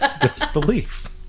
disbelief